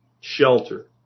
shelter